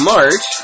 March